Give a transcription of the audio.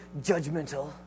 judgmental